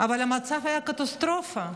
אבל המצב היה קטסטרופה.